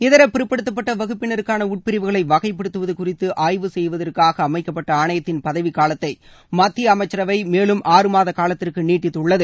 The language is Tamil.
இதர பிற்படுத்தப்பட்ட வகுப்பினருக்கான உட்பிரிவுகளை வகைப்படுத்துவது குறித்து ஆய்வு செய்வதற்காக அமைக்கப்பட்ட ஆணையத்தின் பதவிகாலத்தை மத்திய அமைச்சரவை மேலும் ஆறு மாத காலத்திற்கு நீட்டித்துள்ளது